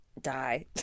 die